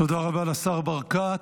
תודה רבה לשר ברקת.